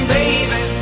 Baby